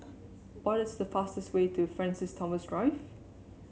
what is the fastest way to Francis Thomas Drive